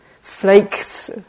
flakes